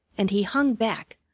and he hung back,